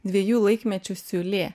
dviejų laikmečių siūlė